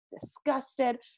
disgusted